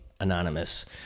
anonymous